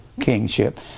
kingship